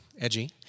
edgy